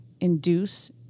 induce